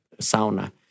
sauna